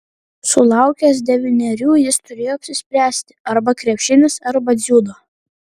sulaukęs devynerių jis turėjo apsispręsti arba krepšinis arba dziudo